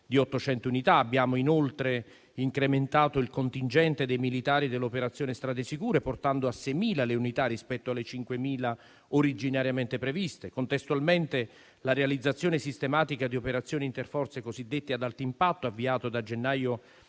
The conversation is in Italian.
di 800 unità. Abbiamo inoltre incrementato il contingente dei militari dell'operazione Strade sicure, portando a 6.000 le unità rispetto alle 5.000 originariamente previste. Contestualmente, la realizzazione sistematica di operazioni interforze cosiddette ad alto impatto, avviate da gennaio